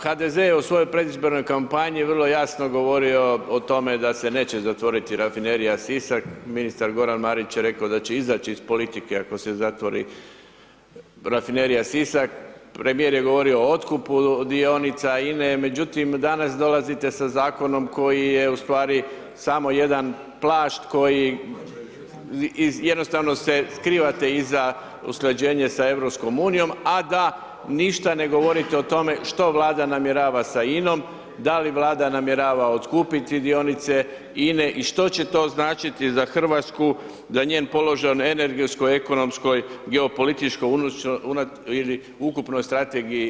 HDZ je u svojoj predizbornoj kampanji vrlo jasno govorio o tome da se neće zatvoriti Rafinerija Sisak, ministar Goran Marić je rekao da će izaći iz politike ako se zatvori Rafinerija Sisak, premijer je govorio o otkupu dionica INA-e, međutim, danas dolazite sa zakonom koji je ustvari samo jedan plašt koji, jednostavno se skrivate iza usklađenje sa EU, a da ništa ne govorite o tome što Vlada namjerava sa INA-om, da li Vlada namjerava otkupiti dionice INA-e i što će to značiti za RH da njen položaj u energetskoj, ekonomskoj, geopolitičkoj ili ukupnoj strategiji razvoja, što to znači za hrvatske ljude [[Upadica: Hvala]] što to znači za hrvatsko gospodarstvo, da li ćete [[Upadica: Hvala]] otkupiti INA-u ili ne?